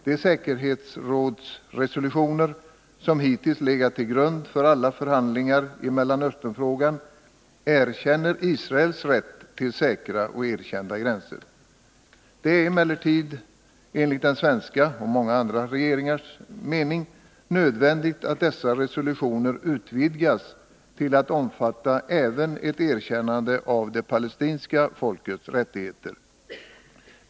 De säkerhetsrådsresolutioner som hittills legat till grund för alla förhandlingar i Mellanösternfrågan erkänner Israels rätt till säkra och erkända gränser. Det är emellertid enligt den svenska och många andra regeringars mening nödvändigt att dessa resolutioner utvidgas till att omfatta även ett erkännande av det palestinska folkets rättigheter.